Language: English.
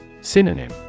Synonym